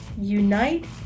unite